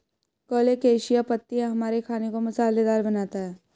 colocasia पत्तियां हमारे खाने को मसालेदार बनाता है